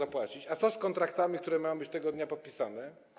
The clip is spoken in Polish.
A co z kontraktami, które mają być tego dnia podpisane?